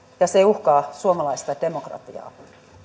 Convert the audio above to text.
ja se uhkaa suomalaista demokratiaa